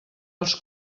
als